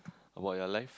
about your life